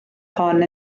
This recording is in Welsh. hon